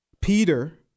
peter